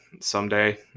someday